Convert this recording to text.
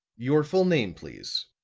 your full name, please,